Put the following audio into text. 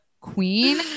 queen